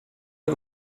jak